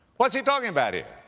what's he talking about here?